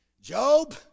Job